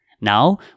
Now